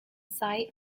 site